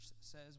says